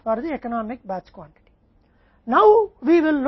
इसलिए हमने आर्थिक बैच मात्रा के लिए भाव निकाले